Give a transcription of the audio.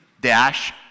Dash